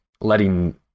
letting